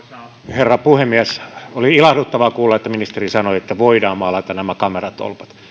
herra puhemies oli ilahduttavaa kuulla että ministeri sanoi että voidaan maalata kameratolpat